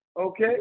Okay